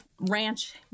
ranch